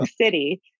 City